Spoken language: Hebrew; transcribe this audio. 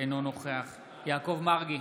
אינו נוכח יעקב מרגי,